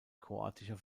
kroatischer